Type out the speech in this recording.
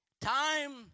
Time